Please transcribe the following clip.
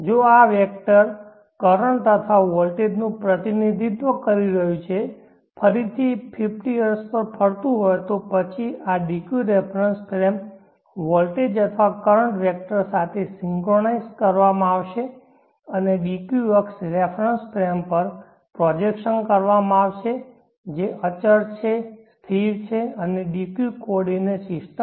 જો આ vector current અથવા વોલ્ટેજનું પ્રતિનિધિત્વ કરી રહ્યું છે ફરીથી 50 હર્ટ્ઝ પર ફરતું હોય તો પછી આ dq રેફરન્સ ફ્રેમ વોલ્ટેજ અથવા કરંટ વેક્ટર સાથે સિંક્રનાઇઝ કરવામાં આવશે અને dq અક્ષ રેફરન્સ ફ્રેમ પર પ્રોજેક્શન કરવામાં આવશે જે અચળ સ્થિર છે અને dq કોર્ડીનેટ સિસ્ટમ